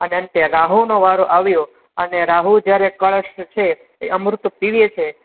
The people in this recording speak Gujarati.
અને અંતે રાહુનો વારો આવ્યો અને રાહુ જ્યારે કળશ છે એ અમૃત પીએ છે